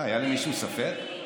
אה, היה למישהו ספק?